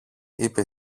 είπε